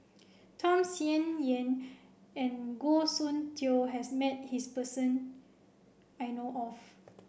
Tham Sien Yen and Goh Soon Tioe has met his person I know of